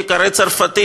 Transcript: אם היא תיקרא צרפתית,